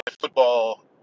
football